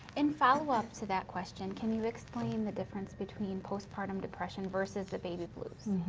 in follow up to that question, can you explain the difference between postpartum depression versus the baby blues?